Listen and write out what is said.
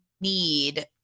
need